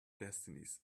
destinies